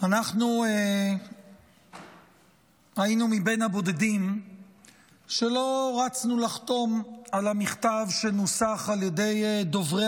אנחנו היינו מן הבודדים שלא רצנו לחתום על המכתב שנוסח על ידי דוברי